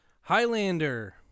Highlander